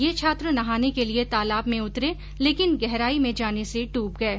ये छात्र नहाने के लिए तालाब में उतरे लेकिन गहराई में जाने से डूब गये